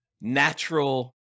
natural